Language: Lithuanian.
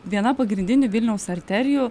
viena pagrindinių vilniaus arterijų